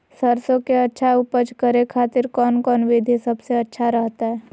सरसों के अच्छा उपज करे खातिर कौन कौन विधि सबसे अच्छा रहतय?